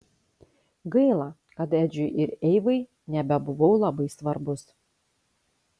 gaila kad edžiui ir eivai nebebuvau labai svarbus